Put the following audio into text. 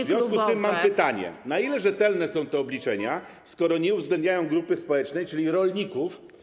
W związku z tym mam pytanie, na ile rzetelne są te obliczenia, skoro nie uwzględniają grupy społecznej, czyli rolników.